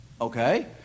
okay